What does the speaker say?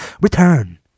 return